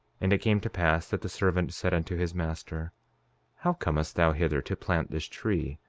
and it came to pass that the servant said unto his master how comest thou hither to plant this tree,